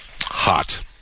Hot